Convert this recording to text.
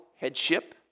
headship